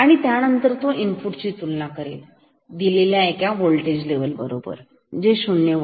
मग तो इनपुट ची तुलना करेल दिलेल्या एका होल्टेज लेवल बरोबर जे शून्य होल्ट आहे